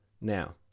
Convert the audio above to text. Now